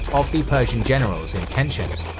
of the persian generals' intentions.